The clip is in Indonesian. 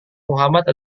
muhammad